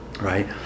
Right